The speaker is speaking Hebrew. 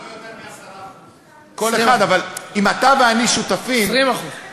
אני אגיד לך מה מטריד אותי בסביבה שבה החוק הזה מחוקק.